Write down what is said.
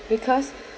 because